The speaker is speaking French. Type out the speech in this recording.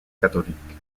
catholique